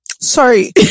sorry